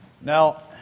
Now